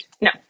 No